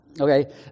Okay